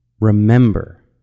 remember